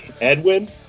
Edwin